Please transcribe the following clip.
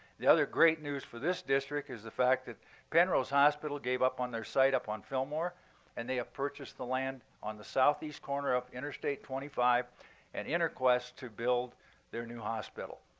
the other great news for this district is the fact that penrose hospital gave up on their site up on fillmore and they have purchased the land on the southeast corner of interstate twenty five and interquest to build their new hospital.